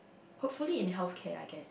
hopefully in healthcare I guess